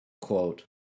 quote